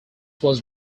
was